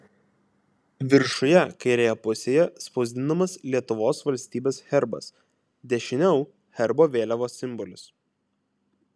viršuje kairėje pusėje spausdinamas lietuvos valstybės herbas dešiniau herbo vėliavos simbolis